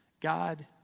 God